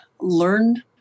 learn